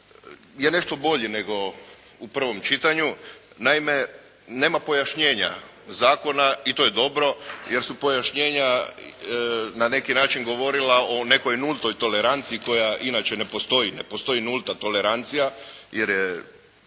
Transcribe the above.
je nešto bolji nego u prvom čitanju. Naime nema pojašnjenja zakona i to je dobro, jer su pojašnjenja na neki način govorila o nekoj nultoj toleranciji koja inače ne postoji, ne postoji nulta tolerancija jer je